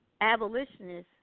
abolitionists